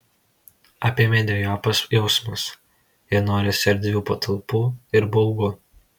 apėmė dvejopas jausmas ir norisi erdvių patalpų ir baugu